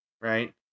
Right